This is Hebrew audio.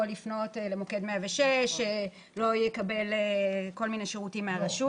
לפנות למוקד 106 ולא יקבל כל מיני שירותים מהרשות.